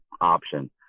option